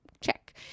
check